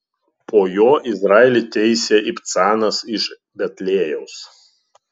po jo izraelį teisė ibcanas iš betliejaus